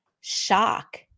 shock